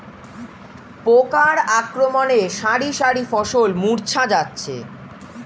পোকার আক্রমণে শারি শারি ফসল মূর্ছা যাচ্ছে